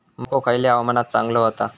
मको खयल्या हवामानात चांगलो होता?